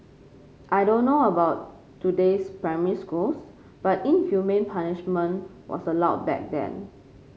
I don't know about today's primary schools but inhumane punishment was allowed back then